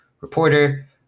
reporter